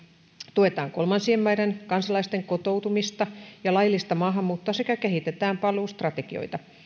tuetaan kolmansien maiden kansalaisten kotoutumista ja laillista maahanmuuttoa sekä kehitetään paluustrategioita